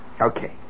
Okay